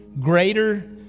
greater